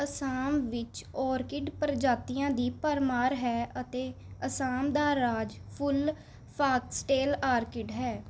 ਅਸਾਮ ਵਿੱਚ ਓਰਕਿਡ ਪ੍ਰਜਾਤੀਆਂ ਦੀ ਭਰਮਾਰ ਹੈ ਅਤੇ ਅਸਾਮ ਦਾ ਰਾਜ ਫੁੱਲ ਫਾਕਸਟੇਲ ਆਰਕਿਡ ਹੈ